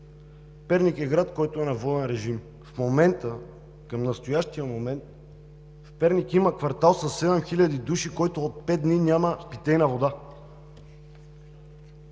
Перник е град на воден режим. В момента, към настоящия момент, в Перник има квартал със седем хиляди души, в който от пет дни няма питейна вода.